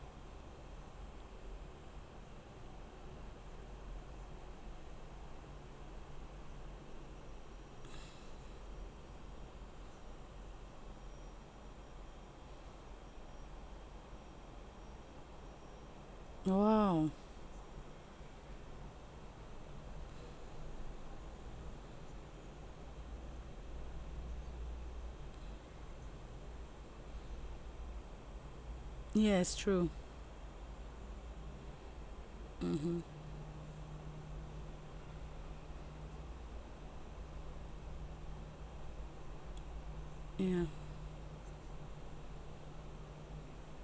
!wow! yes true mmhmm yeah